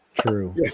True